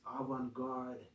avant-garde